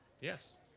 Yes